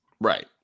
Right